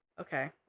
Okay